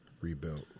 rebuilt